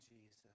Jesus